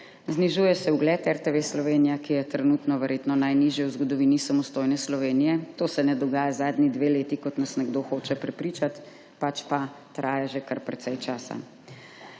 Znižuje se ugled RTV Slovenija, ki je trenutno verjetno najnižji v zgodovini samostojne Slovenije. To se ne dogaja zadnji dve leti, kot nas nekdo hoče prepričati, pač pa traja že kar precej časa.